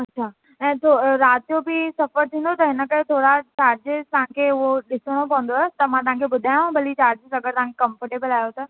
अच्छा ऐं ॾिसो राति जो बि सफ़र थींदो त इन करे थोरा चार्जेज़ तव्हां खे उहो ॾिसणो पवंदो त मां तव्हांखे बुधयांव भली चार्जेस अगरि तव्हां कम्फर्टेबल आहियो त